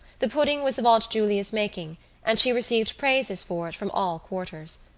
the pudding was of aunt julia's making and she received praises for it from all quarters.